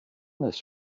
this